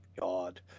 God